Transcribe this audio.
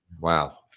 Wow